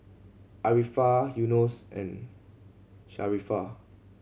Arifa Yunos and Sharifah